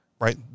right